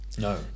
no